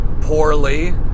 poorly